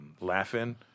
Laughing